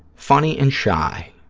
funny and shy,